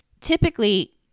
Typically